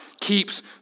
keeps